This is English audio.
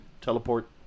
teleport